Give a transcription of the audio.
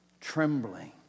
trembling